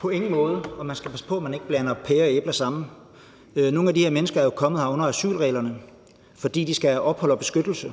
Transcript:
På ingen måde. Man skal passe på, at man ikke blander pærer og æbler sammen. Nogle af de her mennesker er jo kommet her under asylreglerne, fordi de skal have ophold og beskyttelse.